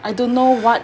I don't know what